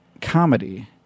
comedy